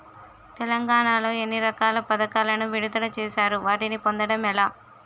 తెలంగాణ లో ఎన్ని రకాల పథకాలను విడుదల చేశారు? వాటిని పొందడం ఎలా?